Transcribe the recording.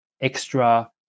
extra